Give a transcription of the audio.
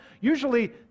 usually